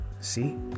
See